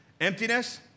Emptiness